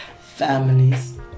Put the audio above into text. families